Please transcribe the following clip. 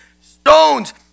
stones